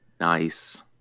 Nice